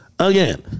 Again